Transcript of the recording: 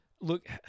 Look